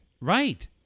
Right